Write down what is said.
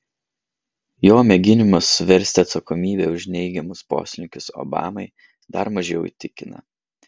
jo mėginimas suversti atsakomybę už neigiamus poslinkius obamai dar mažiau įtikina